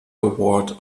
award